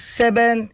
seven